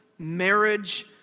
marriage